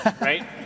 Right